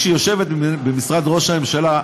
כשהיא יושבת במשרד ראש הממשלה,